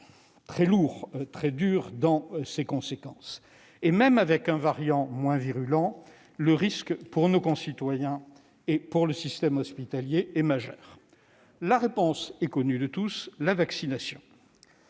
très lourd et très dur dans ses conséquences. Même avec un variant moins virulent, le risque pour nos concitoyens et pour le système hospitalier est majeur. La réponse est connue de tous : c'est la vaccination.